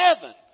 heaven